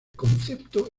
concepto